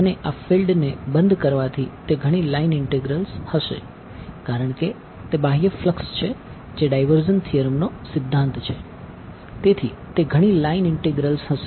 તેથી તે ઘણી લાઇન ઇંટીગ્રલ્સ હશે અથવા કોંટોર ઇંટીગ્રલ્સ હશે